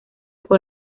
con